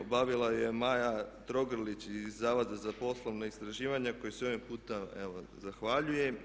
Obavila ju je Maja Trogrlić iz Zavoda za poslovna istraživanja kojoj se ovim putem evo zahvaljujem.